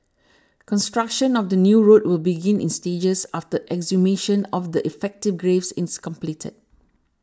construction of the new road will begin in stages after exhumation of the effected graves is completed